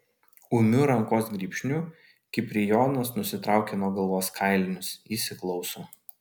ūmiu rankos grybšniu kiprijonas nusitraukia nuo galvos kailinius įsiklauso